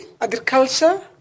agriculture